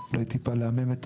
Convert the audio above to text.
ממטה מערך הסיעודיים.